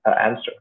answer